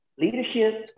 Leadership